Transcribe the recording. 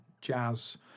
jazz